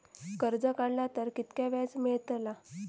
कर्ज काडला तर कीतक्या व्याज मेळतला?